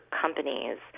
companies